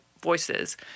voices